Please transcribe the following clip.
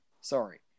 Sorry